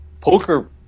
poker